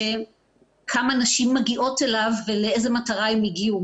כמה נשים מגיעות אליו ולאיזה מטרה הן הגיעו.